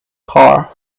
car